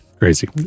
crazy